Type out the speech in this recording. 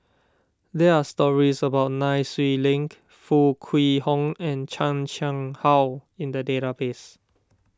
there are stories about Nai Swee Link Foo Kwee Horng and Chan Chang How in the database